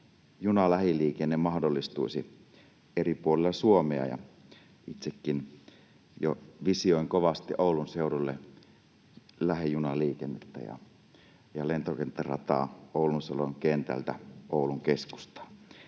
junalähiliikenne mahdollistuisi eri puolilla Suomea. Itsekin jo visioin kovasti Oulun seudulle lähijunaliikennettä ja lentokenttärataa Oulunsalon kentältä Oulun keskustaan.